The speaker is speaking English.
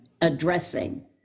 addressing